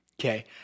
Okay